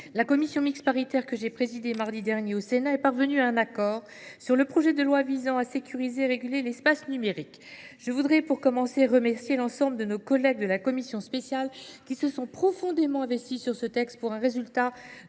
la commission mixte paritaire que j’ai présidée mardi dernier au Sénat est parvenue à un accord sur le projet de loi visant à sécuriser et à réguler l’espace numérique. Pour commencer, je tiens à remercier l’ensemble de nos collègues de la commission spéciale qui se sont profondément investis sur ce texte. Nous pouvons